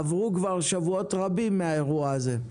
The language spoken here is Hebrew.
עברו כבר שבועות רבים מהאירוע הזה.